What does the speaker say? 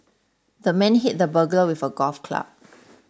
the man hit the burglar with a golf club